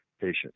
patients